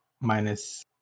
minus